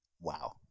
Wow